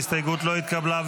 ההסתייגות לא התקבלה.